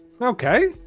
Okay